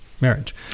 marriage